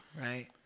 right